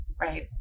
right